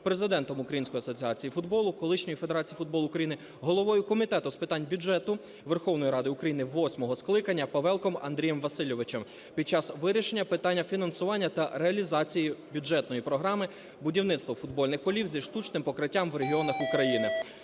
президентом Української асоціації футболу (колишньої Федерації футболу України), головою Комітету з питань бюджету Верховної Ради України восьмого скликання Павелком Андрієм Васильовичем під час вирішення питання фінансування та реалізації бюджетної програми "Будівництво футбольних полів зі штучним покриття в регіонах України".